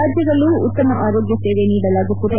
ರಾಜ್ಯದಲ್ಲೂ ಉತ್ತಮ ಆರೋಗ್ಯ ಸೇವೆ ನೀಡಲಾಗುತ್ತಿದೆ